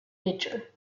nature